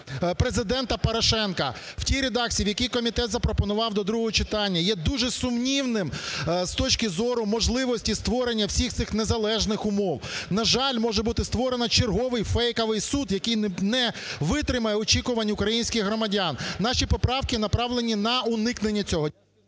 Президента Порошенка в тій редакції, в якій комітет запропонував до другого читання, є дуже сумнівним з точки зору можливості створення всіх цих незалежних умов. На жаль, може бути створено черговий фейковий суд, який не витримає очікувань українських громадян. Наші поправки направлені на уникнення цього.